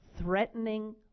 Threatening